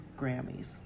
Grammys